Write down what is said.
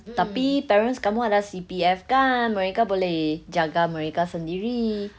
tapi parents kamu ada C_P_F kan mereka boleh jaga mereka sendiri